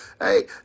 Hey